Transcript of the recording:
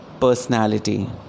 personality